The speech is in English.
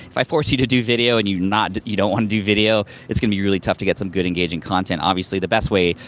if i force you to do video and you're not, you don't want want to do video, it's gonna be really tough to get some good engaging content. obviously, the best way,